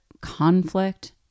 Conflict